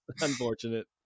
unfortunate